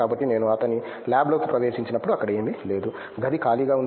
కాబట్టి నేను అతని ల్యాబ్లోకి ప్రవేశించినప్పుడు అక్కడ ఏమీ లేదు గది ఖాళీగా ఉంది